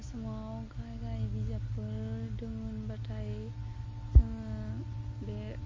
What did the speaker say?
आसामाव गाहाय गाहाय बिजाबफोर दङ होनबाथाय जोङो बे